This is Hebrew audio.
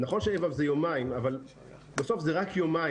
נכון ש-ה' ו' זה יומיים, בסוף זה רק יומיים.